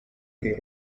hill